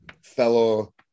fellow